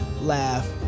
laugh